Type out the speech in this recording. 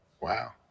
Wow